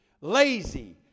lazy